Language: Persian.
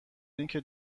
اینکه